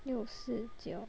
六四九